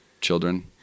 children